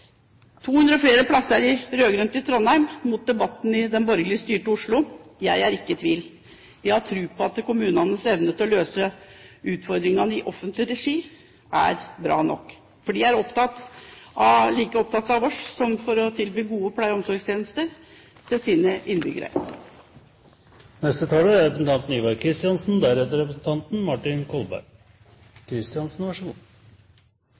200 flere plasser i rød-grønne Trondheim mot debatten i borgerlig styrte Oslo – jeg er ikke i tvil. Jeg har tro på at kommunenes evne til å løse utfordringene i offentlig regi er bra nok, for de er like opptatt av å tilby gode pleie- og omsorgstjenester til sine innbyggere som det vi er. Det blir ikke sagt så